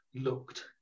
looked